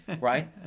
Right